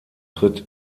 tritt